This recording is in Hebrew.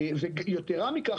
ויתרה מכך,